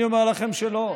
אני אומר לכם שלא,